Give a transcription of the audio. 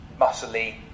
muscly